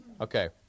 Okay